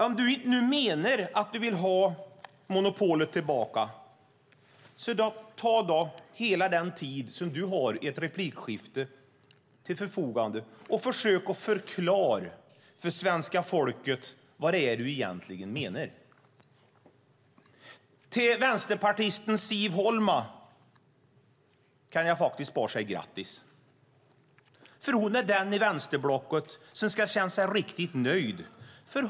Om du inte menar att du vill ha monopolet tillbaka, ta då hela den tid som du har i ett replikskifte och försök förklara för svenska folket vad du egentligen menar. Till vänsterpartisten Siv Holma kan jag bara säga grattis, för hon är den i vänsterblocket som ska känna sig riktigt nöjd.